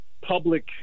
public